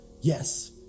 Yes